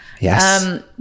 Yes